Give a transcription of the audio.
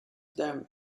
them